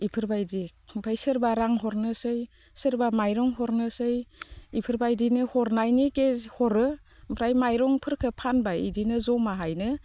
इफोरबायदि ओमफाय सोरबा रां हरनोसै सोरबा माइरं हरनोसै इफोरबायदिनो हरनायनि गेजेरजों हरो ओमफ्राय माइरंफोरखो फानबाय इदिनो जमाहायनो